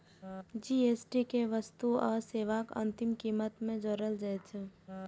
GST कें वस्तु आ सेवाक अंतिम कीमत मे जोड़ल जाइ छै